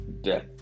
death